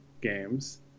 games